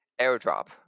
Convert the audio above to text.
Airdrop